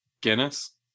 Guinness